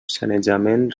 sanejament